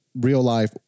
real-life